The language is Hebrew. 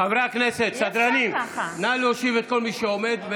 חברי הכנסת, סדרנים, נא להושיב את כל מי שעומד.